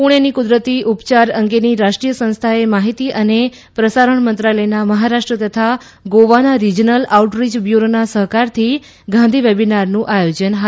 પુણેની કુદરતી ઉપચાર અંગેની રાષ્ટ્રીય સંસ્થાએ માહિતી અને પ્રસારણ મંત્રાલયના મહારાષ્ટ્ર તથા ગોવાના રિજનલ આઉટરીય બ્યૂરોના સહકારથી ગાંધી વેબીનારનું આયોજન કર્યું છે